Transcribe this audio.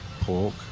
pork